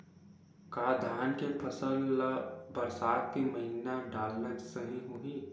का धान के फसल ल बरसात के महिना डालना सही होही?